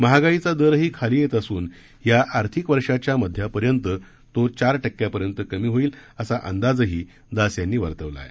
महागाईचा दरही खाली येत असून या आर्थिक वर्षाच्या मध्यापर्यंत तो चार टक्क्यापर्यंत कमी होईल असा अंदाजही दास यांनी वर्तवला आहे